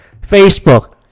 Facebook